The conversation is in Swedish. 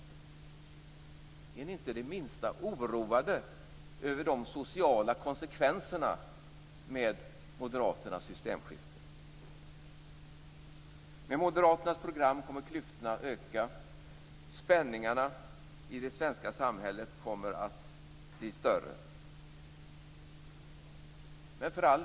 Är ni inte det minsta oroade över de sociala konsekvenserna av Moderaternas systemskifte? Med Moderaternas program kommer klyftorna att öka. Spänningarna i det svenska samhället kommer att bli större.